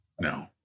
no